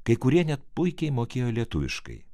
kai kurie net puikiai mokėjo lietuviškai